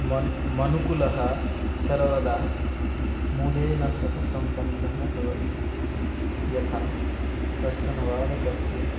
म मनुकुलः सर्वदा मूल्येन सह सम्बन्धः भवति यथा कश्चन बालकस्य